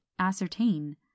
ascertain